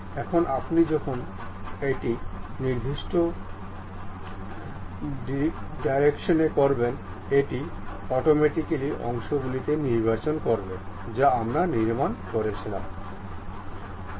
এখন আপনি যখন এটি নির্দিষ্ট ডিরেক্টরিতে করবেন এটি অটোমেটিক্যালি অংশগুলি নির্বাচন করবে যা আমরা নির্মাণ করেছি